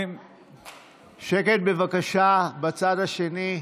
שקט בבקשה בצד השני.